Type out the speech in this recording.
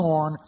on